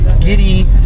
giddy